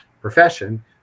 profession